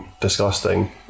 disgusting